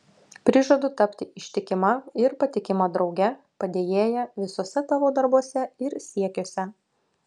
prižadu tapti ištikima ir patikima drauge padėjėja visuose tavo darbuose ir siekiuose